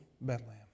Bethlehem